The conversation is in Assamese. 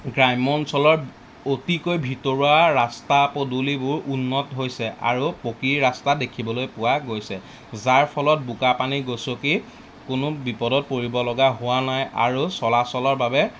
গ্ৰাম্য অঞ্চলৰ অতিকৈ ভিতৰুৱা ৰাস্তা পদূলিবোৰ উন্নত হৈছে আৰু পকী ৰাস্তা দেখিবলৈ পোৱা গৈছে যাৰ ফলত বোকা পানী গচকি কোনো বিপদত পৰিবলগা হোৱা নাই আৰু চলাচলৰ বাবে